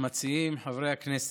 המציעים, חברי הכנסת,